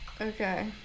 Okay